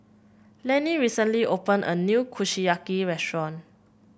Lenny recently opened a new Kushiyaki restaurant